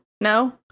No